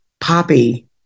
Poppy